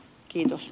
kiitos